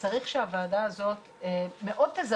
אני פותחת את ישיבת הוועדה המיוחדת לעניין נגיף הקורונה